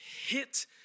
hit